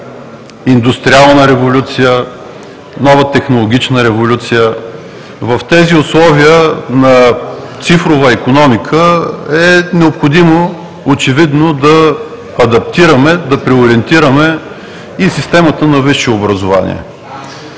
индустриална революция, нова технологична революция – в тези условия на цифрова икономика е необходимо да адаптираме, да преориентираме и системата на висшето образование.